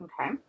okay